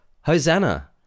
Hosanna